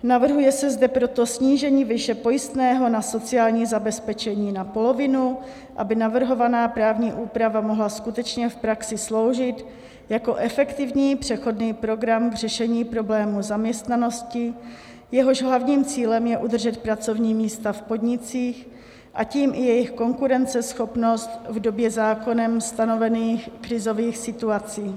Navrhuje se zde proto snížení výše pojistného na sociální zabezpečení na polovinu, aby navrhovaná právní úprava mohla v praxi skutečně sloužit jako efektivní přechodný program k řešení problémů zaměstnanosti, jehož hlavním cílem je udržet pracovní místa v podnicích a tím i jejich konkurenceschopnost v době zákonem stanovených krizových situací.